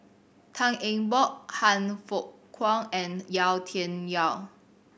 Tan Eng Bock Han Fook Kwang and Yau Tian Yau